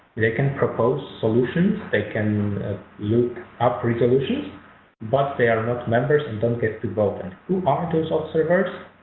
they can propose solutions, they can look up resolution but they are not members and don't get to vote. and are ah those ah observers?